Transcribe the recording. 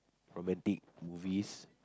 romantic movies